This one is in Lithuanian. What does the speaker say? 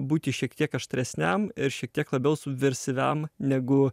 būti šiek tiek aštresniam ir šiek tiek labiau subversyviam negu